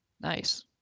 Nice